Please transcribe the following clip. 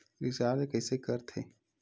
Recharge कइसे कर थे?